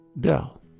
Dell